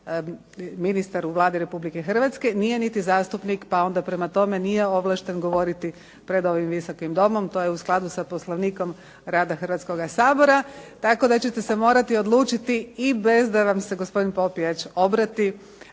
ministar u Vladi Republike Hrvatske, nije niti zastupnik pa onda prema tome nije ovlašten govoriti pred ovim Visokim domom. To je u skladu sa Poslovnikom rada Hrvatskoga sabora, tako da ćete se morati odlučiti i bez da vam se gospodin Popijač obrati